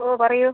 ഓ പറയൂ